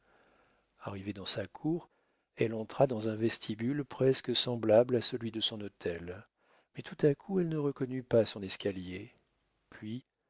arrivée dans sa cour elle entra dans un vestibule presque semblable à celui de son hôtel mais tout à coup elle ne reconnut pas son escalier puis